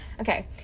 Okay